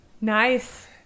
Nice